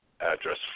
address